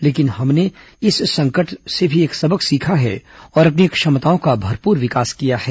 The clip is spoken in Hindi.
लेकिन हमने इस संकट से भी एक सबक भी सीखा है और अपनी क्षमताओं का भरपूर विकास किया है